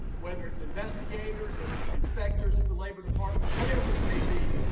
whether it's investigators, or or inspectors at the labor department, whatever it may be.